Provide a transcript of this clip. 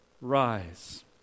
rise